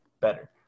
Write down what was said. better